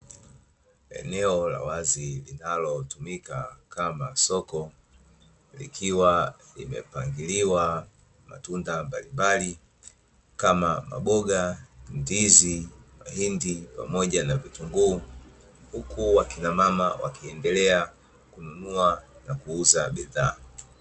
Eneo la wazi linalotumika kama soko, likiwa limepangiliwa matunda mbalimbali kama: maboga, ndizi, mahindi pamoja na vitunguu. Huku wakina mama wakiendelea kununua na kuuza bidhaa.